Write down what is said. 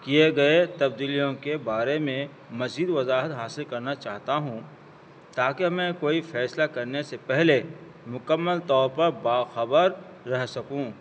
کیے گئے تبدیلیوں کے بارے میں مزید وضاحت حاصل کرنا چاہتا ہوں تاکہ میں کوئی فیصلہ کرنے سے پہلے مکمل طور پر باخبر رہ سکوں